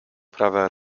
prawe